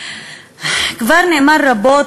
כבר נאמר רבות,